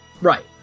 Right